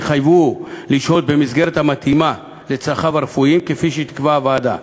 ויחייבו אותו לשהות במסגרת המתאימה לצרכיו הרפואיים כפי שתקבע הוועדה.